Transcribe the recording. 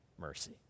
mercy